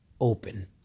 open